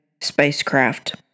spacecraft